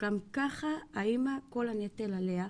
גם ככה האימא כל הנטל עליה,